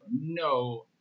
no